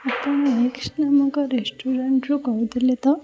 ଆପଣ ଏକ୍ସ୍ ନାମକ ରେଷ୍ଟୁରାଣ୍ଟ୍ରୁ କହୁଥିଲେ ତ